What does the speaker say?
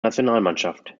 nationalmannschaft